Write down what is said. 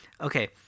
Okay